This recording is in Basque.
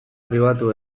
pribatu